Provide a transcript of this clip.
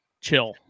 chill